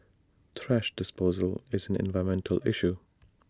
thrash disposal is an environmental issue